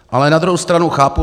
Ale na druhou stranu to chápu.